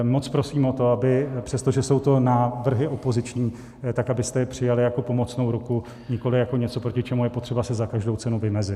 Moc prosím o to, aby přesto, že jsou to návrhy opoziční, tak abyste je přijali jako pomocnou ruku, nikoli jako něco, proti čemu je potřeba se za každou cenu vymezit.